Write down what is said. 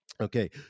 Okay